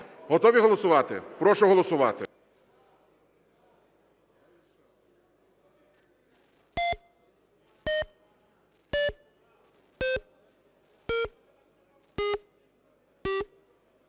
Готові голосувати? Прошу голосувати